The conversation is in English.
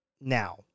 now